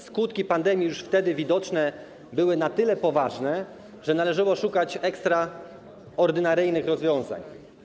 Skutki pandemii, już wtedy widoczne, były na tyle poważne, że należało szukać ekstraordynaryjnych rozwiązań.